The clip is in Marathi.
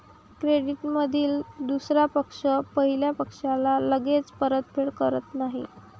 क्रेडिटमधील दुसरा पक्ष पहिल्या पक्षाला लगेच परतफेड करत नाही